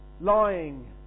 lying